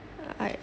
I